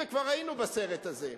וכבר היינו בסרט הזה.